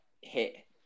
hit